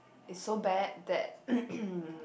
is so bad that